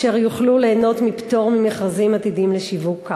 אשר יוכלו ליהנות מפטור ממכרזים עתידיים לשיווק קרקע?